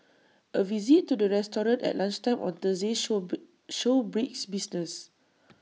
A visit to the restaurant at lunchtime on Thursday showed showed brisk business